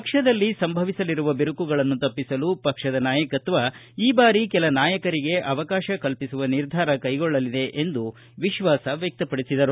ಪಕ್ಷದಲ್ಲಿ ಸಂಭವಿಸಲಿರುವ ಬಿರುಕುಗಳನ್ನು ತಪ್ಪಿಸಲು ಪಕ್ಷದ ನಾಯಕತ್ವ ಈ ಬಾರಿ ಕೆಲ ನಾಯಕರಿಗೆ ಅವಕಾಶ ಕಲ್ಪಿಸುವ ನಿರ್ಧಾರ ಕೈಗೊಳ್ಳಲಿದೆ ಎಂದು ವಿಶ್ವಾಸ ವ್ಯಕ್ತಪಡಿಸಿದರು